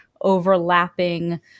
overlapping